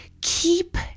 Keep